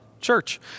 church